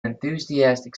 enthusiastic